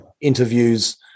interviews